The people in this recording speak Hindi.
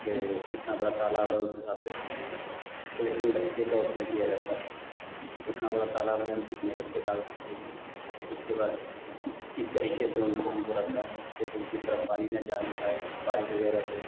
के कितना बड़ा तालाब है उस हिसाब से कलेक्शन बच्चे का उसमें किया जाता है कि कितना बड़ा तालाब है हम कितने बच्चे डाल सकते हैं उसके बाद किस तरीके से उनको हमको रखना है के दूसरी तरफ पानी न जाने पाए बारिश वगैरह से